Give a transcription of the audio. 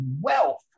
wealth